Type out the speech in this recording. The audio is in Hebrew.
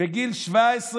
בגיל 17,